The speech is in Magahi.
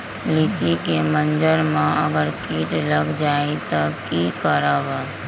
लिचि क मजर म अगर किट लग जाई त की करब?